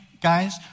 guys